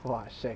!wah! shag